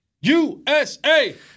USA